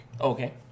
Okay